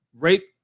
Rape